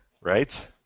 Right